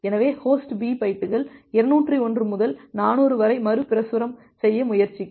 எனவே host B பைட்டுகள் 201 முதல் 400 வரை மறுபிரசுரம் செய்ய முயற்சிக்கும்